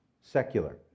secular